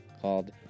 called